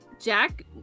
Jack